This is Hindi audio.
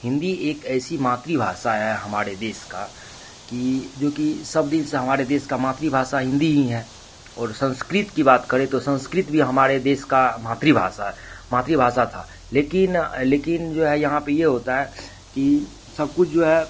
हिन्दी एक ऐसी मातृभाषा है हमारे देश की कि जोकि सब दिन से हमारे देश का मातृभाषा हिन्दी ही हैं और संस्कृत की बात करें तो संस्कृत भी हमारे देश की मातृभाषा मातृभाषा थी लेकिन लेकिन जो है यहाँ पर यह होता है कि सब कुछ जो है